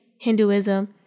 Hinduism